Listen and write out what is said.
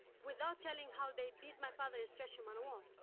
without telling how they beat my father and stretch him on a wall.